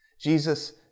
Jesus